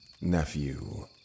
nephew